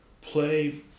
play